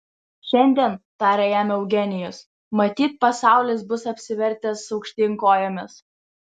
šiandien tarė jam eugenijus matyt pasaulis bus apsivertęs aukštyn kojomis